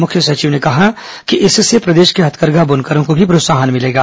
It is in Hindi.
मुख्य सचिव ने कहा कि इससे प्रदेश के हथकरघा बनुकरों को भी प्रोत्साहन मिलेगा